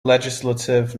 legislative